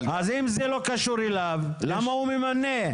אז, אם זה לא קשור אליו, למה הוא ממנה?